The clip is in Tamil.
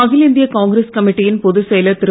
அகில இந்திய காங்கிரஸ் கமிட்டியின் பொதுச் செயலர் திரு